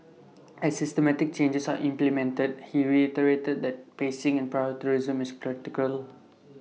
as systematic changes are implemented he reiterated that pacing and is critical